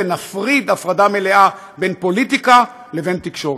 ונפריד הפרדה מלאה בין פוליטיקה לבין תקשורת.